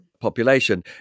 population